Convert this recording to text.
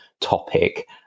topic